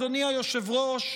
אדוני היושב-ראש,